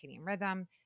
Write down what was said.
rhythm